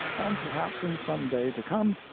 and perhaps in some day to come,